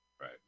Right